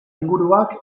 inguruak